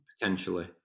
potentially